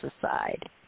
aside